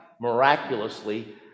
miraculously